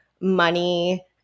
money